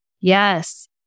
Yes